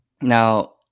now